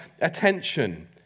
attention